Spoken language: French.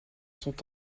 sont